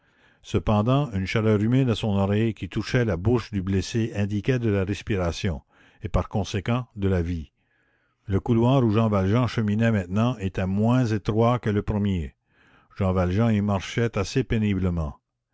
cependant une chaleur humide à son oreille que touchait la bouche du blessé indiquait de la respiration et par conséquent de la vie le couloir où jean valjean cheminait maintenant était moins étroit que le premier jean valjean y marchait assez péniblement